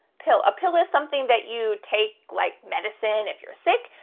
pill, a pill is something that you take like medicine if you're sick.